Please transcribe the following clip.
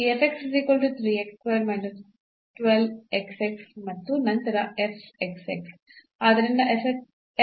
ಈ x ಮತ್ತು ನಂತರ